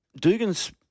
Dugan's